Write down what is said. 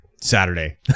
Saturday